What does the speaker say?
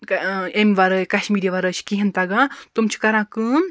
امہِ وَرٲے کَشمیٖری وَرٲے چھُ کِہِیٖنۍ تَگان تِم چھِ کَران کٲم